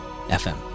FM